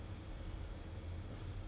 just ba~ I I mean just